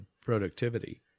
productivity